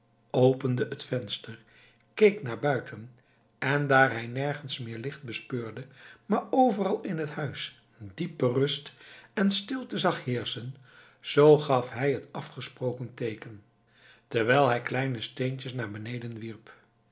opende het venster keek naar buiten en daar hij nergens meer licht bespeurde maar overal in het huis diepe rust en stilte zag heerschen zoo gaf hij het afgesproken teeken terwijl hij kleine steentjes naar beneden wierp